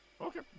Okay